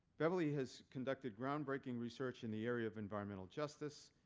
beverly has conducted groundbreaking research in the area of environmental justice.